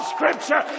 Scripture